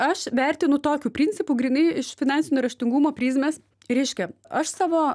aš vertinu tokiu principu grynai iš finansinio raštingumo prizmės reiškia aš savo